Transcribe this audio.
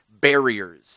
barriers